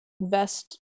vest